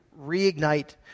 reignite